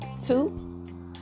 two